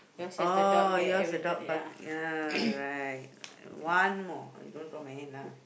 orh yours adult ya right one more you don't draw my hand lah